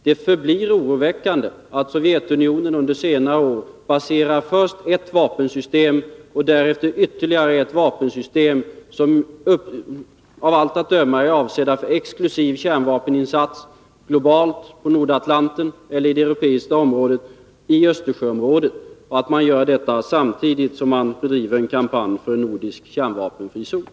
Det förblir oroväckande att Sovjetunionen under senare år baserat först ett vapensystem och därefter ytterligare ett vapensystem som av allt att döma är avsedda för exklusiv kärnvapeninsats— globalt, på Nordatlanten eller i det europeiska området — i Östersjöområdet, och att man gör detta samtidigt som man bedriver en kampanj för en nordisk kärnvapenfri zon.